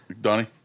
Donnie